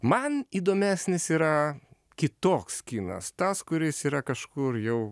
man įdomesnis yra kitoks kinas tas kuris yra kažkur jau